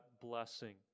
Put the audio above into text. blessing